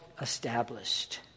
established